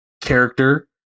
character